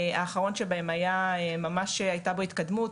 האחרון שבהם ממש הייתה בו התקדמות.